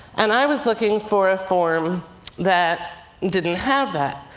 and i was looking for a form that didn't have that.